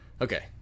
Okay